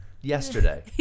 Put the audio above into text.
Yesterday